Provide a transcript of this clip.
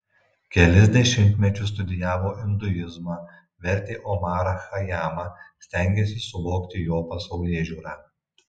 kelis dešimtmečius studijavo induizmą vertė omarą chajamą stengėsi suvokti jo pasaulėžiūrą